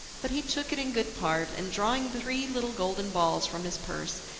but he took it in good part, and, drawing three little golden balls from his purse,